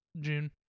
June